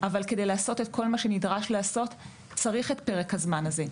אבל כדי לעשות את כל מה שנדרש לעשות צריך את פרק הזמן הזה.